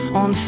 on